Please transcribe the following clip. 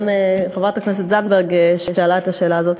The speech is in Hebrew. גם חברת הכנסת זנדברג שאלה את השאלה הזאת,